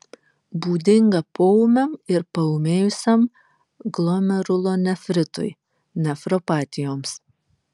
būdinga poūmiam ir paūmėjusiam glomerulonefritui nefropatijoms